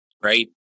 right